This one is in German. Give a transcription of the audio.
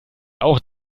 auch